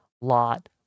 lot